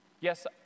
Yes